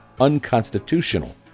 unconstitutional